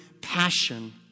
passion